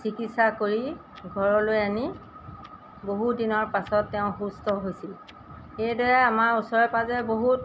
চিকিৎসা কৰি ঘৰলৈ আনি বহু দিনৰ পাছত তেওঁ সুস্থ হৈছিল সেইদৰে আমাৰ ওচৰে পাঁজৰে বহুত